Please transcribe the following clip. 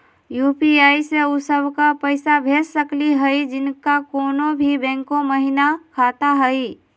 UPI स उ सब क पैसा भेज सकली हई जिनका कोनो भी बैंको महिना खाता हई?